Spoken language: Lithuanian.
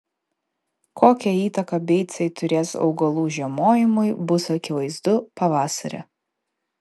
kokią įtaką beicai turės augalų žiemojimui bus akivaizdu pavasarį